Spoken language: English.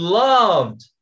loved